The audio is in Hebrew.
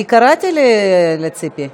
ציפי, אני קראתי לציפי.